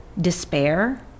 despair